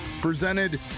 presented